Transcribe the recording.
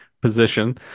position